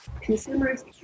consumers